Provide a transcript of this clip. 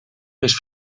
més